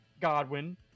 Godwin